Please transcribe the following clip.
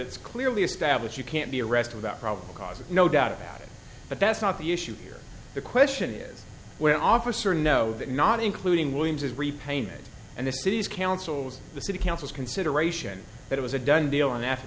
it's clearly established you can't be arrest without probable cause no doubt about it but that's not the issue here the question is where officer know that not including williams is repayment and the city's councils the city council's consideration it was a done deal an af